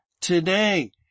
today